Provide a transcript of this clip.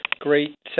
great